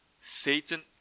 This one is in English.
Satan